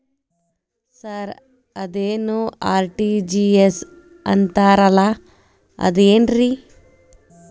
Sir ಅದೇನು RTGS ಅಂತಾರಲಾ ಅದು ಏನ್ರಿ?